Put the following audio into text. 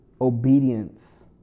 obedience